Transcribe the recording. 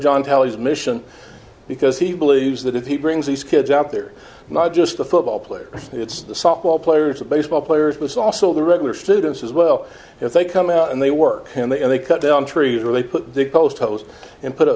john teles mission because he believes that if he brings these kids out there not just the football players it's the softball players and baseball players was also the regular students as well if they come out and they work and they and they cut down trees or they put the post hose and put a